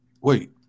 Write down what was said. Wait